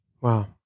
Wow